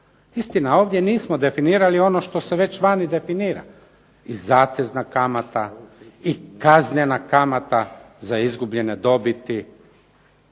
Istina, ovdje nismo definirali ono što se već vani definira, i zatezna kamata i kaznena kamata za izgubljene dobiti.